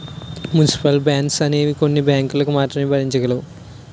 municipal bonds అనేవి కొన్ని బ్యాంకులు మాత్రమే భరించగలవు